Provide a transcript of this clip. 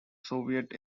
soviet